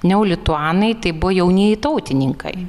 neolituanai tai buvo jaunieji tautininkai